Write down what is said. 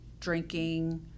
drinking